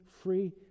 free